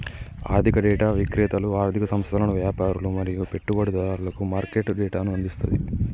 ఆర్థిక డేటా విక్రేతలు ఆర్ధిక సంస్థలకు, వ్యాపారులు మరియు పెట్టుబడిదారులకు మార్కెట్ డేటాను అందిస్తది